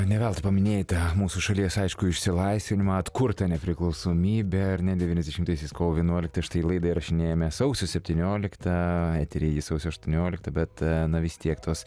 ne veltui paminėjai tą mūsų šalies aišku išsilaisvinimą atkurtą nepriklausomybę ar ne devyniasdešimtaisiais kovo vienuoliktą štai laidą įrašinėjame sausio septynioliktą eteryje sausio aštuoniolikta bet na vis tiek tos